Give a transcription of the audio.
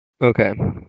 Okay